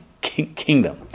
kingdom